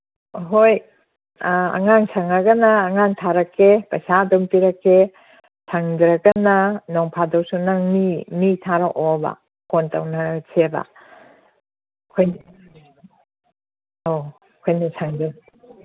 ꯍꯣꯏ ꯑꯉꯥꯡ ꯁꯪꯉꯒꯅ ꯑꯉꯥꯡ ꯊꯥꯕꯤꯔꯛꯀꯦ ꯄꯩꯁꯥ ꯑꯗꯨꯝ ꯄꯤꯔꯛꯀꯦ ꯁꯪꯗ꯭ꯔꯒꯅ ꯅꯣꯡ ꯐꯥꯗꯣꯛꯁꯨ ꯅꯪ ꯃꯤ ꯃꯤ ꯊꯥꯔꯛꯑꯣꯕ ꯐꯣꯟ ꯇꯧꯅꯔꯁꯦꯕ ꯑꯣ ꯑꯩꯈꯣꯏꯅꯤ